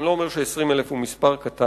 אני לא אומר ש-20,000 זה מספר קטן,